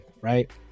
right